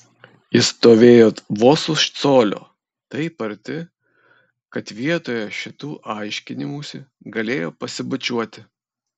jis stovėjo vos už colio taip arti kad vietoje šitų aiškinimųsi galėjo pasibučiuoti